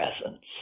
presence